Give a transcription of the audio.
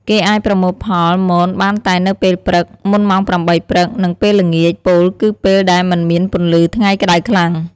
គេអាចប្រមូលផលមនបានតែនៅពេលព្រឹក មុនម៉ោង៨ព្រឹក និងពេលល្ងាច ពោលគឺពេលដែលមិនមានពន្លឺថ្ងៃក្ដៅខ្លាំង។